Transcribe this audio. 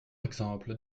exemple